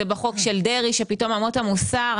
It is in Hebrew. זה בחוק של דרעי שפתאום אמות המוסר,